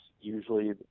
usually